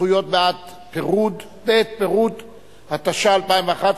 (זכויות בעת פירוד), התשע"א 2011,